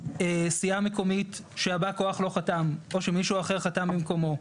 סיעה מקומית שבא כוח לא חתם או שמישהו אחר חתם במקומו.